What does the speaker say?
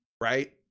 right